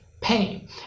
pain